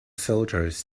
soldiers